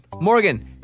Morgan